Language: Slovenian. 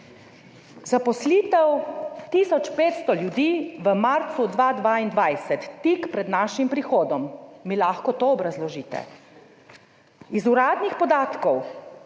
Zaposlitev 1500 ljudi v marcu 2022, tik pred našim prihodom, mi lahko to obrazložite? Iz uradnih podatkov